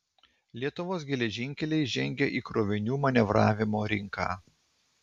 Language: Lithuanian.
lietuvos geležinkeliai žengia į krovinių manevravimo rinką